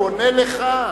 הוא עונה לך.